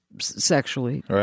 sexually